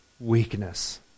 Weakness